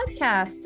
podcast